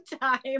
time